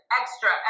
extra